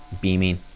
beaming